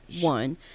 One